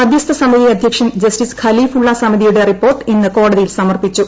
മധ്യസ്ഥ സമീത്രി അധ്യക്ഷൻ ജസ്റ്റിസ് ഖലീഫുള്ള സമിതിയുടെ റിപ്പോർട്ട് ഇന്ന് കോടതിയിൽ സമർപ്പിച്ചു